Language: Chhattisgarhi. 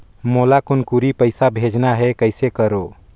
मोला कुनकुरी पइसा भेजना हैं, कइसे करो?